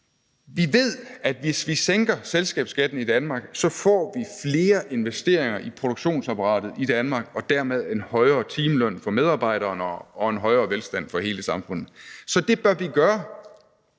Vi ved, at hvis vi sænker selskabsskatten i Danmark, får vi flere investeringer i produktionsapparatet i Danmark og dermed en højere timeløn for medarbejderne og en højere velstand for hele samfundet. Så det bør vi gøre.